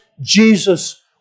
Jesus